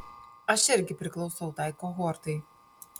aš irgi priklausau tai kohortai